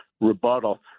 rebuttal